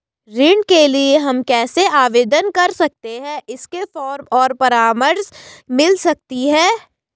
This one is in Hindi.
ऋण के लिए हम कैसे आवेदन कर सकते हैं इसके फॉर्म और परामर्श मिल सकती है?